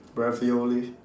ravioli